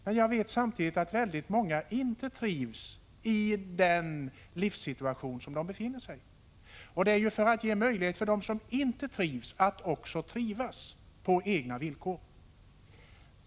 Men jag vet också att många inte trivs i den livssituation som de befinner sig i. Vi vill ge möjlighet för dem som inte trivs att trivas, på sina egna villkor.